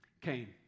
Cain